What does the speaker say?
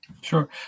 Sure